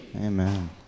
Amen